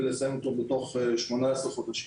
ולסיים אותו בתוך 18 חודשים.